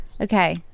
Okay